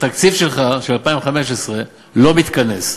התקציב שלך, של 2015, לא מתכנס.